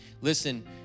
Listen